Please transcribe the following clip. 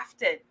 crafted